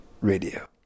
Radio